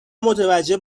متوجه